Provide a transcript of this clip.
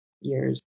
years